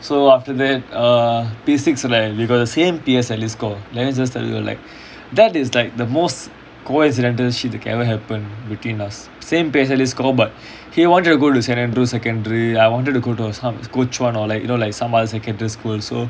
ya so after that err P six right we got the same P_S_L_E score let me just tell you like that is like the most coincidental shit that can ever happen between us same P_S_L_E score but he wanted to go to saint andrew's secondary I wanted to go to like some kuo chuan or like you know some other secondary school so